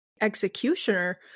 executioner